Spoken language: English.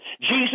Jesus